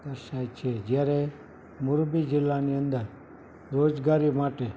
દર્શાય છે જ્યારે મોરબી જિલ્લાની અંદર રોજગારી માટે